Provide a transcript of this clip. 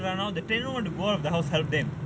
run around the tenant want to go out of the house help them